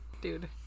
dude